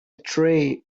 tray